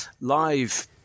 Live